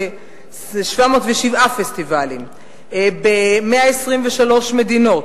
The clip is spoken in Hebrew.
ב-707 פסטיבלים ב-123 מדינות.